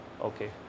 Okay